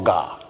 God